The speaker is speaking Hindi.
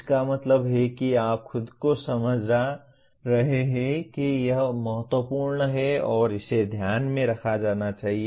इसका मतलब है कि अब आप खुद को समझा रहे हैं कि यह महत्वपूर्ण है और इसे ध्यान में रखा जाना चाहिए